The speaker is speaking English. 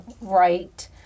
right